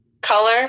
Color